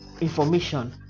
information